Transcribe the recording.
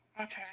Okay